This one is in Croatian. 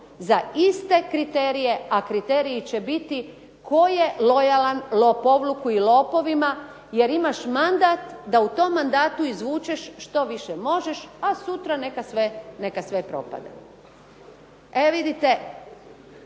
za iste kriterije, a kriteriji će biti tko je lojalan lopovluku i lopovima jer imaš mandat da u tom mandatu izvučeš što više možeš, a sutra neka sve propadne. E vidite